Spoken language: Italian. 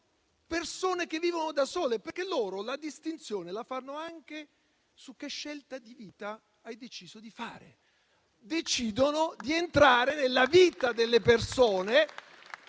persone che vivono da sole, perché loro la distinzione la fanno anche sulla scelta di vita che hai deciso di fare. Decidono di entrare nella vita delle persone